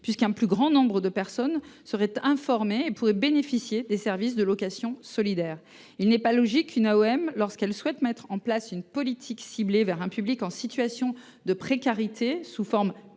puisque davantage de personnes seraient informées et pourraient ainsi bénéficier des services de location solidaires. Il n’est pas logique qu’une AOM souhaitant mettre en place une politique ciblée vers un public en situation de précarité sous la forme